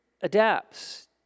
adapts